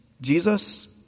Jesus